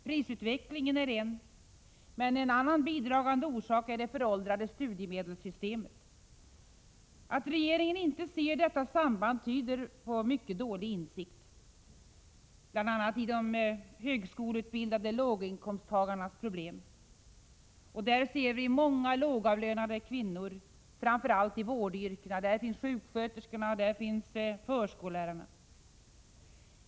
Prisutvecklingen är en. En annan bidragande orsak är det föråldrade studiemedelssystemet. Att regeringen inte ser detta samband tyder på mycket dålig insikt bl.a. i de högskoleutbildade låginkomsttagarnas problem. Där ser vi många lågavlönade kvinnor framför allt i vårdyrkena, där finns sjuksköterskorna, där finns förskollärarna.